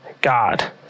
God